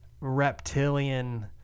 reptilian